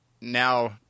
now